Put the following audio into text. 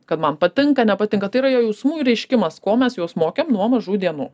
kad man patinka nepatinka tai yra jausmų reiškimas ko mes juos mokėm nuo mažų dienų